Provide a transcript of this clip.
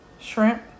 shrimp